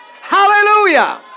Hallelujah